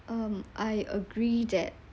um I agree that